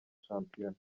shampiyona